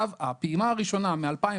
הפעימה הראשונה מ-2017